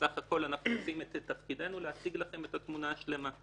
בסך הכל אנחנו עושים את תפקידנו להציג לכם את התמונה השלמה.